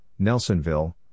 Nelsonville